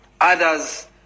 Others